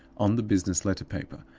on the business letter-paper,